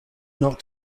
not